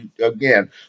again